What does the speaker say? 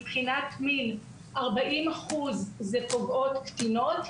מבחינת מין - 40% זה פוגעות קטינות,